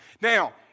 Now